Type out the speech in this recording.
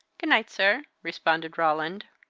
good night, sir, responded roland.